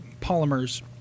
polymers